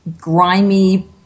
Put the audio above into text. grimy